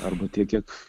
arba tiek kiek